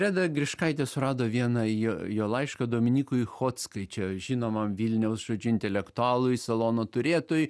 reda griškaitė surado vieną jo jo laišką dominykui hockai čia žinomam vilniaus žodžiu intelektualui salono turėtojui